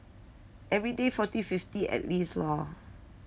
everyday forty fifty at least lor